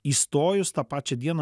įstojus tą pačią dieną